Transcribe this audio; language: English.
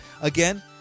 again